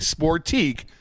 Sportique